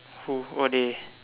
who who are they